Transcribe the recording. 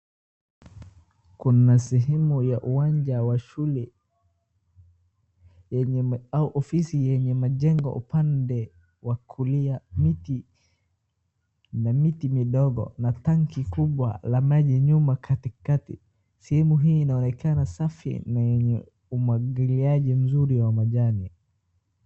Kuna sehemu ya uwanja wa shule yenye ma, au ofisi yenye majengo pande wa kulia miti, na miti midogo na tangi ya maji katikati, sehemu hii inaonekana yenye umwagiliaji mzuri wa majani.